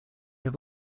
have